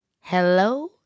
Hello